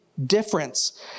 Difference